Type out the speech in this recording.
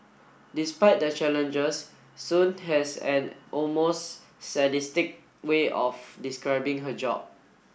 despite the challenges Sun has an almost sadistic way of describing her job